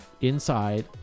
inside